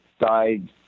died